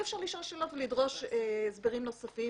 אפשר יהיה לשאול שאלות ולדרוש הסברים נוספים.